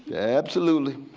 absolutely.